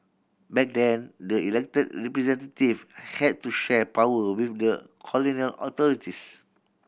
back then the elected representative had to share power with the colonial authorities